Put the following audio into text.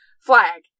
Flag